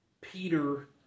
Peter